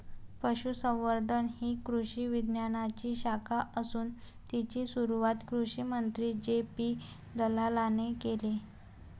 पशुसंवर्धन ही कृषी विज्ञानाची शाखा असून तिची सुरुवात कृषिमंत्री जे.पी दलालाने केले